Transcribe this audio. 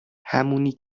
همونی